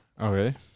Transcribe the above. Okay